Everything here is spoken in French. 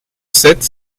sept